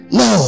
no